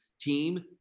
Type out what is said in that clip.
team